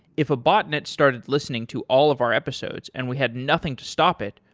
if a botnet started listening to all of our episodes and we have nothing to stop it,